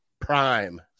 Prime